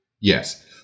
yes